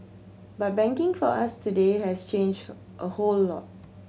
but banking for us today has changed a whole lot